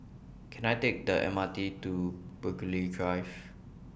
Can I Take The M R T to Burghley Drive